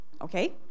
okay